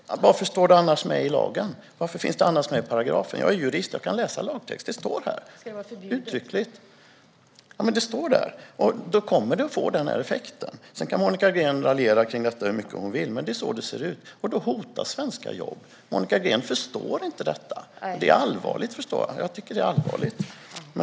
Varför står det annars med i lagen? Varför finns det annars med i paragrafen? Jag är jurist, och jag kan läsa lagtext. Det står uttryckligen där, och då kommer det att få denna effekt. Sedan kan Monica Green raljera över detta hur mycket hon vill - men det är så det ser ut, och då hotas svenska jobb. Monica Green förstår inte det här, och jag tycker att det är allvarligt.